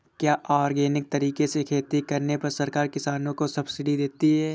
क्या ऑर्गेनिक तरीके से खेती करने पर सरकार किसानों को सब्सिडी देती है?